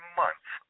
months